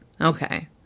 Okay